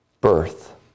birth